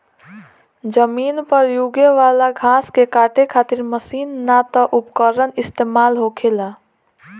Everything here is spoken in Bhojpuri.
जमीन पर यूगे वाला घास के काटे खातिर मशीन ना त उपकरण इस्तेमाल होखेला